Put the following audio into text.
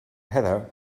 heather